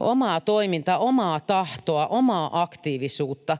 omaa toimintaa, omaa tahtoa, omaa aktiivisuutta.